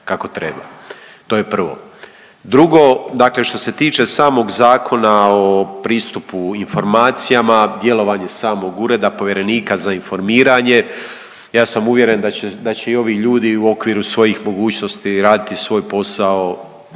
kako treba. To je prvo. Drugo, što se tiče samog zakona o pristupu informacijama, djelovanje samog Ureda povjerenika za informiranje, ja sam uvjeren da će i ovi ljudi u okviru svojih mogućnosti raditi svoj posao